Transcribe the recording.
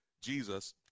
Jesus